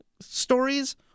stories